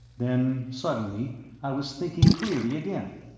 then suddenly i was thinking clearly again.